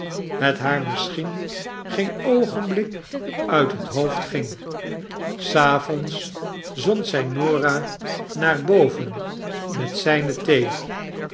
het haar misschien geen oogenblik uit het hoofd ging s avonds zond zij norah naar boven met zijne thee